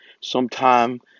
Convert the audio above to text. Sometime